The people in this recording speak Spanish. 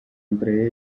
entre